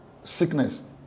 sickness